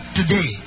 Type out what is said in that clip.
today